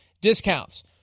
discounts